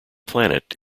planet